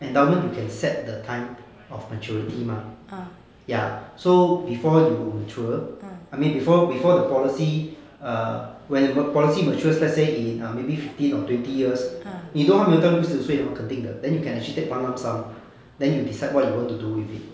endowment you can set the time of maturity ma ya so before you mature I mean before before the policy err when policy matures let's say in maybe fifteen or twenty years 你都还没有到四十岁肯定的 then you can actually take one lump sum then you decide what you want to do with it